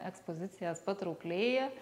ekspozicijas patraukliai